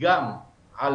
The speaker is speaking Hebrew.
גם על